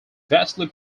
vasily